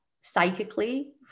psychically